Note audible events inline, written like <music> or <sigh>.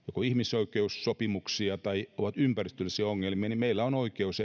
ihmisoikeussopimuksia tai ovat ympäristöllisiä ongelmia meillä on oikeus <unintelligible>